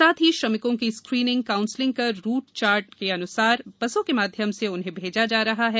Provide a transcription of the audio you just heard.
साथ ही श्रमिकों की स्क्रीनिंग काउंसलिंग कर रूट चार्ट अन्सार बसों के माध्यम से भेजा जा रहा है